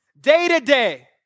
Day-to-day